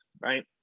Right